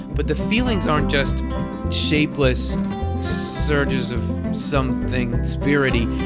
but the feelings aren't just shapeless surges of something spirit-y.